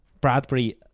Bradbury